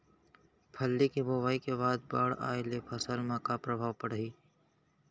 फल्ली के बोआई के बाद बाढ़ आये ले फसल मा का प्रभाव पड़ही?